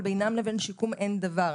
אבל בינם לבין שיקום אין דבר,